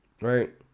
Right